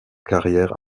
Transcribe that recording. carrière